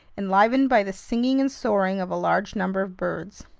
enlivened by the singing and soaring of a large number of birds.